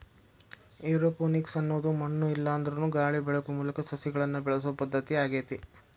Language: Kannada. ಏರೋಪೋನಿಕ್ಸ ಅನ್ನೋದು ಮಣ್ಣು ಇಲ್ಲಾಂದ್ರನು ಗಾಳಿ ಬೆಳಕು ಮೂಲಕ ಸಸಿಗಳನ್ನ ಬೆಳಿಸೋ ಪದ್ಧತಿ ಆಗೇತಿ